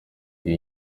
uyu